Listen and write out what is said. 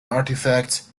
artifacts